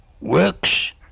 works